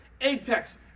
Apex